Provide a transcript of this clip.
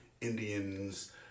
Indians